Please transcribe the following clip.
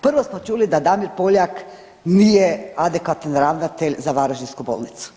Prvo smo čuli da Damir Poljak nije adekvatan ravnatelj za varaždinsku bolnicu.